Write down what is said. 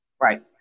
Right